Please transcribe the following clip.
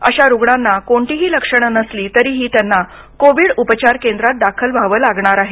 अशा रुग्णांना कोणतीही लक्षणं नसली तरीही त्यांना कोविड उपचार केंद्रात दाखल व्हावं लागणार आहे